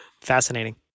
fascinating